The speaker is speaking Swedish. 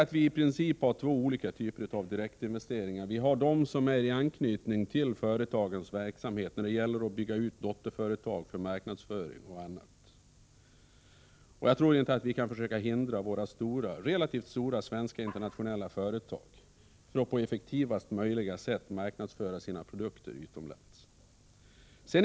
Man kan i princip skilja mellan två olika typer av direktinvesteringar. Den ena har anknytning till företagens verksamhet t.ex. när det gäller att bygga ut dotterföretag för marknadsföring. Jag tror inte att vi bör försöka hindra de relativt stora internationella svenska företagen från att på effektivast möjliga sätt marknadsföra sina produkter utomlands.